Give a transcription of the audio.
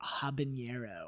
habanero